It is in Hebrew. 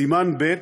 סימן ב',